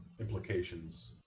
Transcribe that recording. implications